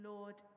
Lord